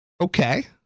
Okay